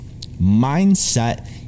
mindset